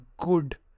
good